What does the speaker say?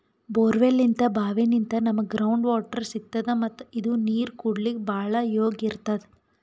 ಬೋರ್ವೆಲ್ನಿಂತ್ ಭಾವಿನಿಂತ್ ನಮ್ಗ್ ground water ಸಿಗ್ತದ ಮತ್ತ್ ಇದು ನೀರ್ ಕುಡ್ಲಿಕ್ಕ್ ಭಾಳ್ ಯೋಗ್ಯ್ ಇರ್ತದ್